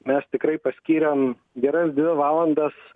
mes tikrai paskyrėm geras dvi valandas